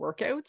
workouts